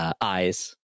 eyes